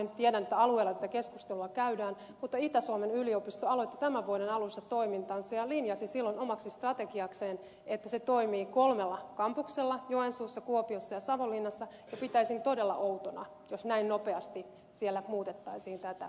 tiedän että alueella tätä keskustelua käydään mutta itä suomen yliopisto aloitti tämän vuoden alussa toimintansa ja linjasi silloin omaksi strategiakseen että se toimii kolmella kampuksella joensuussa kuopiossa ja savonlinnassa ja pitäisin todella outona jos näin nopeasti siellä muutettaisiin tätä strategiaa